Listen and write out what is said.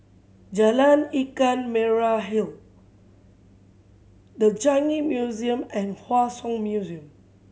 Jalan Ikan Merah Hill The Changi Museum and Hua Song Museum